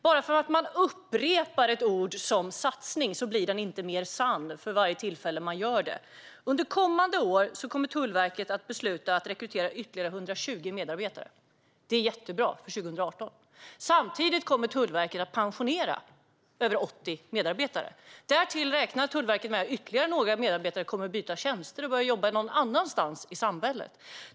Bara för att man upprepar ett ord som "satsning" blir det inte mer sant för varje tillfälle man gör det. Under kommande år kommer Tullverket att besluta att rekrytera ytterligare 120 medarbetare för 2018. Det är jättebra. Samtidigt kommer Tullverket att pensionera över 80 medarbetare. Därtill räknar man med att ytterligare några medarbetare kommer att byta tjänst och börja jobba någon annanstans i samhället.